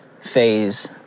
phase